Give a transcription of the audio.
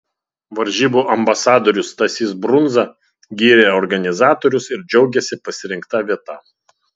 varžybų ambasadorius stasys brundza gyrė organizatorius ir džiaugėsi pasirinkta vieta